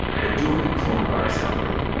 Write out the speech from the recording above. but during the coronavirus outbreak,